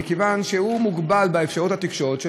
מכיוון שהוא מוגבל באפשרויות התקשורת שלו.